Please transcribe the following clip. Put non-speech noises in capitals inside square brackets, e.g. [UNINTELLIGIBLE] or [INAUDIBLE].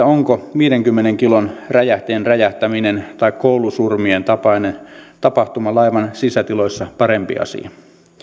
[UNINTELLIGIBLE] onko viidenkymmenen kilon räjähteen räjähtäminen tai koulusurmien tapainen tapahtuma laivan sisätiloissa parempi asia